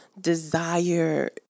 desire